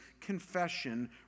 confession